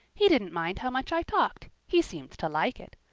he didn't mind how much i talked he seemed to like it.